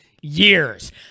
years